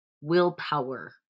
willpower